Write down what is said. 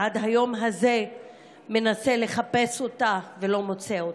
עד היום הזה מנסה לחפש אותה ולא מוצא אותה.